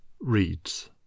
reads